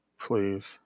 please